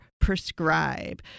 prescribe